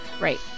Right